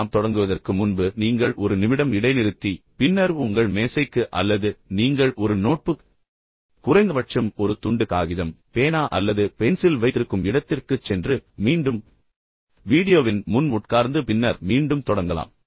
நாம் தொடங்குவதற்கு முன்பு நீங்கள் ஒரு நிமிடம் இடைநிறுத்தி பின்னர் உங்கள் மேசைக்கு அல்லது நீங்கள் ஒரு நோட்புக் அல்லது குறைந்தபட்சம் ஒரு துண்டு காகிதம் பேனா அல்லது பென்சில் வைத்திருக்கும் இடத்திற்குச் சென்று பின்னர் மீண்டும் வீடியோவின் முன் உட்கார்ந்து பின்னர் மீண்டும் தொடங்கலாம்